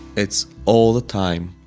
it's all the time,